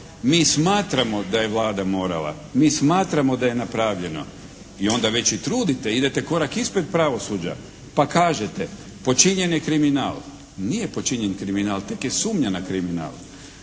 mi smatramo da je Vlada morala, mi smatramo da je napravljeno. I onda već i trudite, idete korak ispred pravosuđa. Pa kažete, počinjen je kriminal. Nije počinjen kriminal, tek je sumnja na kriminal.